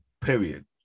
period